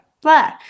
blah